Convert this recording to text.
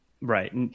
Right